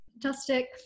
Fantastic